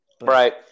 Right